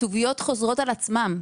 הכתוביות חוזרות על עצמן.